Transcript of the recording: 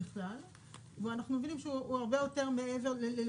החלטה שקיבלנו על עצמנו בכל הנושא של יבוא בשר